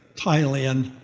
thailand,